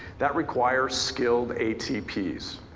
that requires skilled atp's.